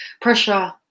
pressure